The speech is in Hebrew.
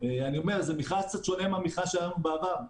זה מכרז קצת שונה מהמכרז שהיה לנו בעבר.